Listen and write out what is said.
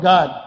God